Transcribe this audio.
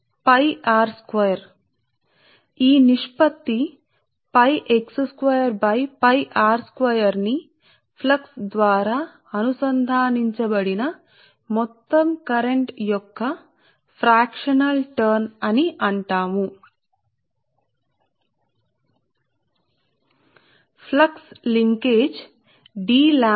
కాబట్టి మొత్తం కరెంటు ఈ ఫ్లక్స్ ద్వారా అనుసంధానించబడినందున ఈ నిష్పత్తి ని పాక్షికమైన మార్పు అని i మేము పిలుస్తాము